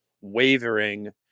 wavering